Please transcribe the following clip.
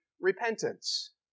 repentance